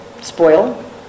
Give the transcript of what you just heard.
spoil